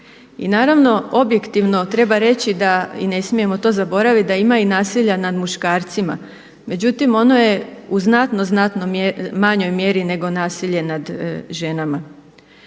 i naravno objektivno treba reći da i ne smijemo to zaboraviti da ima i nasilja nad muškarcima. Međutim, ono je u znatno, znatno manjoj mjeri nego nasilje nad ženama.